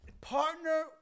partner